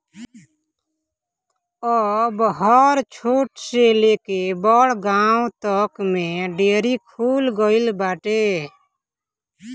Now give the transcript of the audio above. अब हर छोट से लेके बड़ गांव तक में डेयरी खुल गईल बाटे